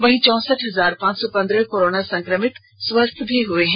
वहीं चौसठ हजार पांच सौ पंद्रह कोरोना संक्रमित स्वस्थ भी हुए हैं